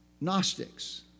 Gnostics